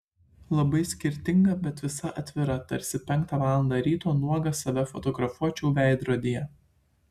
labai skirtinga bet visa atvira tarsi penktą valandą ryto nuogas save fotografuočiau veidrodyje